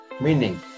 Meaning